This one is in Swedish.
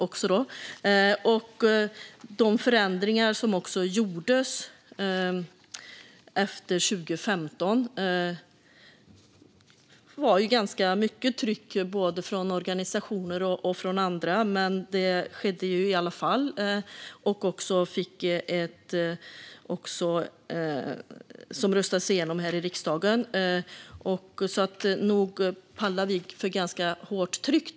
Vid de förändringar som gjordes efter 2015 var det ganska mycket tryck både från organisationer och från andra, men de skedde i alla fall och röstades igenom här i riksdagen. Så nog pallar vi för ganska hårt tryck.